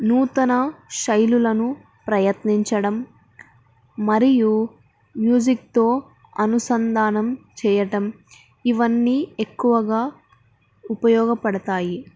నూతన శైలులను ప్రయత్నించడం మరియు మ్యూజిక్తో అనుసంధానం చెయ్యడం ఇవన్నీ ఎక్కువగా ఉపయోగపడతాయి